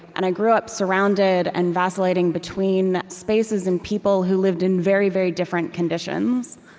and i grew up surrounded and vacillating between spaces and people who lived in very, very different conditions.